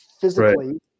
physically